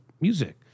music